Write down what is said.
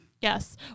Yes